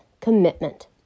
commitment